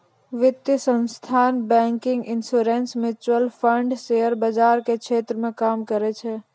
वित्तीय संस्थान banking insurance mutual fund share बाजार के क्षेत्र मे काम करै छै